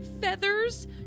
feathers